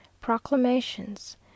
Proclamations